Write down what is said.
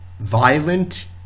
violent